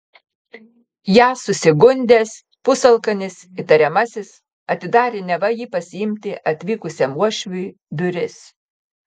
ja susigundęs pusalkanis įtariamasis atidarė neva jį pasiimti atvykusiam uošviui duris